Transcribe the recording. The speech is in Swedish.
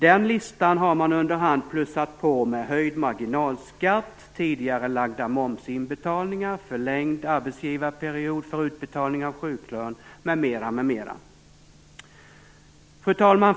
Den listan har man under hand plussat på med höjd marginalskatt, tidigarelagda momsinbetalningar, förlängd arbetsgivarperiod för utbetalning av sjuklön m.m.